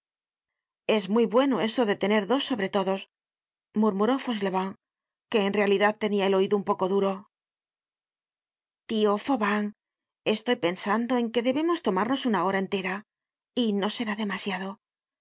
es muy bueno eso de tener dos sobretodos murmuró fauchelevent que en realidad tenia el oido un poco duro tio fauvent estoy pensando en que debemos tomarnos una hora entera y no será demasiado